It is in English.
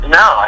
no